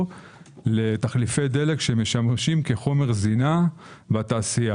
לתחליפי דלק שמשמשים כחומר זינה בתעשייה.